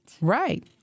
right